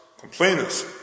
complainers